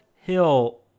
Hill